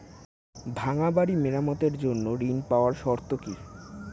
ভাঙ্গা বাড়ি মেরামতের জন্য ঋণ পাওয়ার শর্ত কি?